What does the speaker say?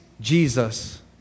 Jesus